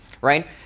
right